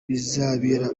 bizabera